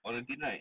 quarantine right